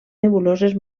nebuloses